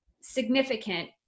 significant